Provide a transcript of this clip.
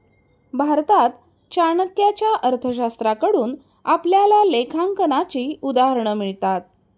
भारतात चाणक्याच्या अर्थशास्त्राकडून आपल्याला लेखांकनाची उदाहरणं मिळतात